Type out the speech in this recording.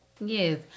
Yes